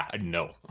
No